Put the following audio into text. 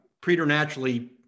preternaturally